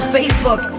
Facebook